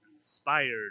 inspired